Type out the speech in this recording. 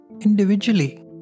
individually